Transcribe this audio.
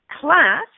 class